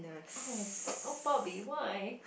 oh Bob~ oh Bobby why